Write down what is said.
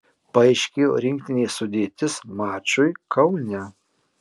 paaiškėjo rinktinės sudėtis mačui kaune